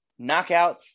Knockouts